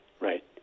right